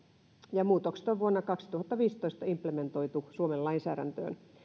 ja muutokset on vuonna kaksituhattaviisitoista implementoitu suomen lainsäädäntöön